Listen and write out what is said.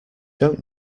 don’t